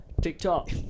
TikTok